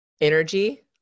energy